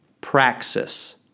praxis